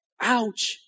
Ouch